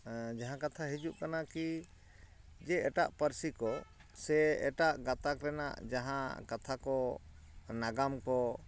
ᱡᱟᱦᱟᱸ ᱠᱟᱛᱷᱟ ᱦᱤᱡᱩᱜ ᱠᱟᱱᱟ ᱠᱤ ᱡᱮ ᱮᱴᱟᱜ ᱯᱟᱹᱨᱥᱤ ᱠᱚ ᱥᱮ ᱮᱴᱟᱜ ᱜᱟᱛᱟᱠ ᱨᱮᱱᱟᱜ ᱡᱟᱦᱟᱸ ᱠᱟᱛᱷᱟ ᱠᱚ ᱱᱟᱜᱟᱢ ᱠᱚ